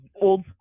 old